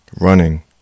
running